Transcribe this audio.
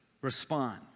respond